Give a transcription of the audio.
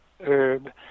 herb